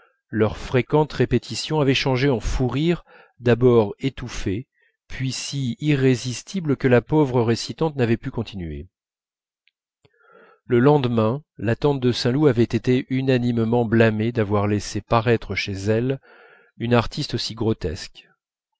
leur fréquente répétition avaient changés en fous rires d'abord étouffés puis si irrésistibles que la pauvre récitante n'avait pu continuer le lendemain la tante de saint loup avait été unanimement blâmée d'avoir laissé paraître chez elle une artiste aussi grotesque